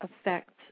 affects